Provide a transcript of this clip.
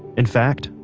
in fact,